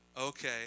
Okay